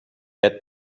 had